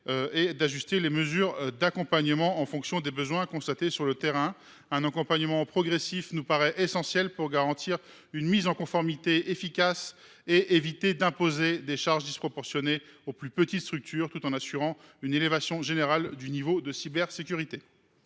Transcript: et d’ajuster les mesures d’accompagnement en fonction des besoins constatés sur le terrain. Un accompagnement progressif nous paraît essentiel pour garantir une mise en conformité efficace et éviter d’imposer des charges disproportionnées aux plus petites structures, tout en assurant une élévation générale du niveau de cybersécurité.